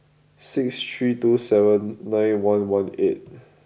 six three two seven nine one one eight